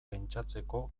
pentsatzeko